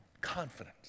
confidence